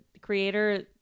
creator